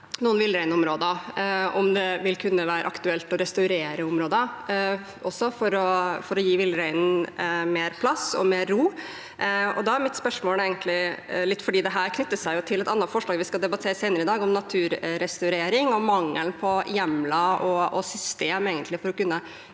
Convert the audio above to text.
noen villreinområder, om det vil kunne være aktuelt å restaurere områder også for å gi villreinen mer plass og mer ro. Mitt spørsmål knytter seg egentlig til et annet forslag vi skal debattere senere i dag, om naturrestaurering og mangelen på hjemler og system for å kunne